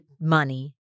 money